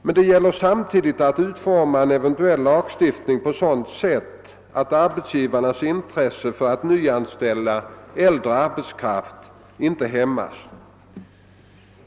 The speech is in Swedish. Men det gäller samtidigt att utforma en eventuell lagstiftning på sådant sätt att arbetsgivarnas intresse för att nyanställa äldre arbetskraft inte hämmas.